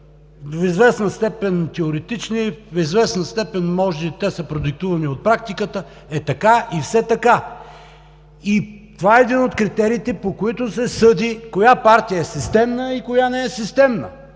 до известна степен са теоретични, до известна степен са продиктувани от практиката така и все така. Това е един от критериите, по които се съди коя партия е системна и коя не е системна.